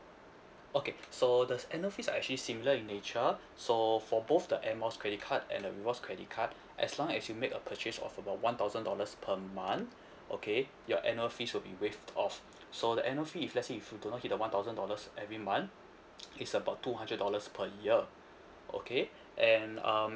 okay so the annual fees are actually similar in nature so for both the air miles credit card and the rewards credit card as long as you make a purchase of about one thousand dollars per month okay your annual fees will be waived off so the annual fee if let's say you do not hit the one thousand dollars every month it's about two hundred dollars per year okay and um